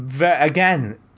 again